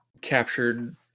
captured